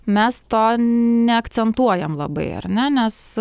mes to neakcentuojam labai ar ne nes